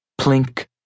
Plink